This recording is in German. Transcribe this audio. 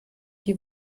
die